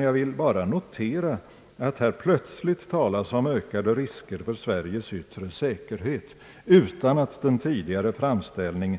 Jag vill bara notera att här plötsligt talas om ökade risker för Sveriges yttre säkerhet, utan att den tidigare framställningen